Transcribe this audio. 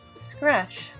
Scratch